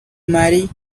marry